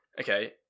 Okay